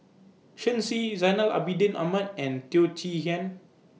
Shen Xi Zainal Abidin Ahmad and Teo Chee Hean